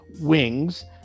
wings